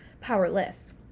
powerless